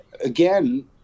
again